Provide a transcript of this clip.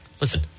Listen